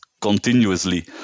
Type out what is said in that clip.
continuously